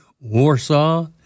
Warsaw